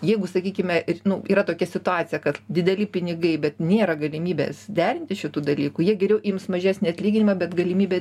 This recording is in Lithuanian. jeigu sakykime ir nu yra tokia situacija kad dideli pinigai bet nėra galimybės derinti šitų dalykų jie geriau ims mažesnį atlyginimą bet galimybę